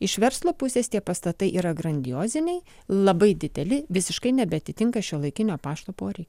iš verslo pusės tie pastatai yra grandioziniai labai dideli visiškai nebeatitinka šiuolaikinio pašto poreikių